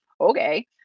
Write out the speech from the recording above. okay